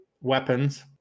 weapons